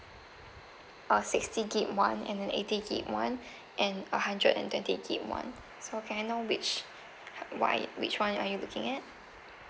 a sixty gig one and an eighty gig one and a hundred and twenty gig one so can I know which one which one are you looking at